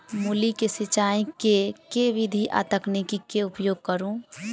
मूली केँ सिचाई केँ के विधि आ तकनीक केँ उपयोग करू?